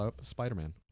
Spider-Man